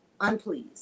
unpleased